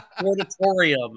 auditorium